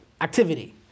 activity